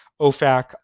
OFAC